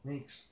mix